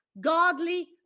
godly